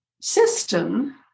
system